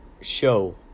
show